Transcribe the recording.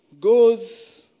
goes